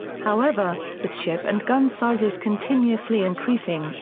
however, with ship and gun sizes continuously increasing,